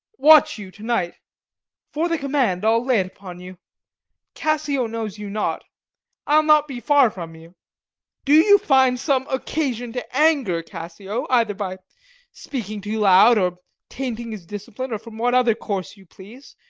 watch you to-night for the command, i'll lay't upon you cassio knows you not i'll not be far from you do you find some occasion to anger cassio, either by speaking too loud, or tainting his discipline, or from what other course you please,